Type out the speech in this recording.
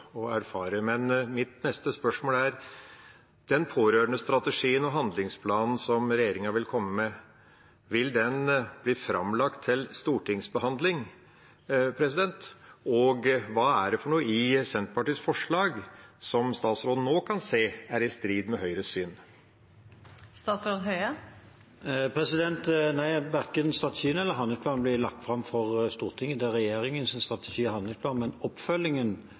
handlingsplanen som regjeringa vil komme med, bli framlagt for stortingsbehandling? Og hva er det i Senterpartiets forslag som statsråden nå kan se er i strid med Høyres syn? Verken strategien eller handlingsplanen blir lagt fram for Stortinget. Det er regjeringens strategi og handlingsplan, men oppfølgingen